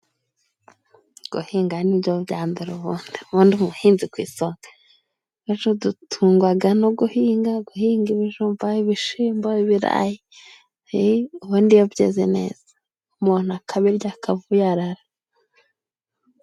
Guhinga ni byo bya mbere ubundi. Ubundi umuhinzi ku isonga. Benshi dutungwaga no guhinga, guhinga ibijumba, ibishimbo, ibirarayi, ubundi iyo byeze neza, umuntu akabirya akavuyara.